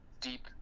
deep